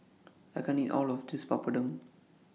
I can't eat All of This Papadum